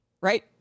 right